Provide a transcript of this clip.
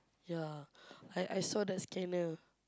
ya I I saw the scanner